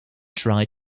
try